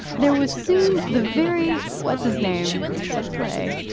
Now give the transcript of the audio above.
there was soon the very what's-his-name to play.